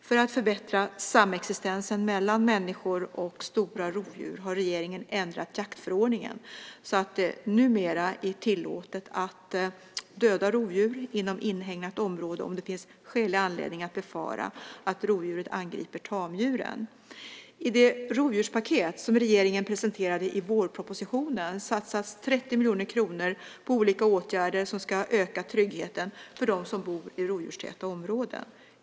För att förbättra samexistensen mellan människor och stora rovdjur har regeringen ändrat jaktförordningen så att det numera är tillåtet att döda rovdjur inom inhägnat område om det finns skälig anledning att befara att rovdjuret angriper tamdjuren. I det "rovdjurspaket" som regeringen presenterade i vårpropositionen satsas 30 miljoner kronor på olika åtgärder som ska öka tryggheten för dem som bor i rovdjurstäta områden.